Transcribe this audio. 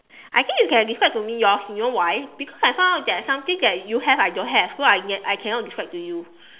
I think you can describe to me yours you know why because I found out that something that you have I don't have so I I cannot describe to you